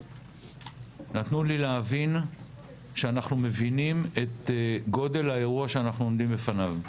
נתנו לי להבין שאנחנו מבינים את גודל האירוע שאנחנו עומדים בפניו,